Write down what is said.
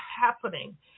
happening